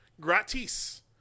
Gratis